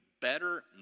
better